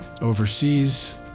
overseas